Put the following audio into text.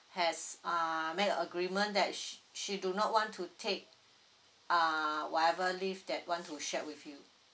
has uh make a agreement that she she do not want to take uh whatever leave that want to share with you